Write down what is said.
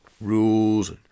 rules